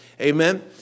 amen